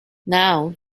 now